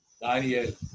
Daniel